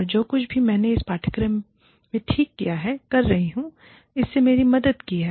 औरजो कुछ भी मैंने इस पाठ्यक्रम में ठीक किया है कर रही हूँ इसने मेरी मदद की है